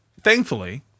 thankfully